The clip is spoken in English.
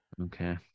okay